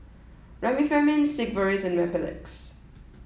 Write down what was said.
Remifemin Sigvaris and Mepilex